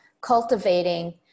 cultivating